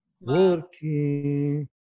working